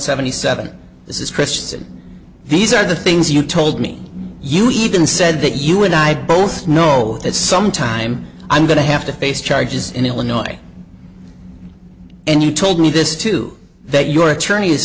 seventy seven this is kristen these are the things you told me you even said that you and i both know that some time i'm going to have to face charges in illinois and you told me this too that your attorney